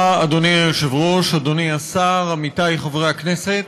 היושב-ראש, אדוני השר, עמיתי חברי הכנסת,